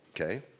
Okay